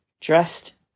dressed